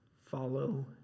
follow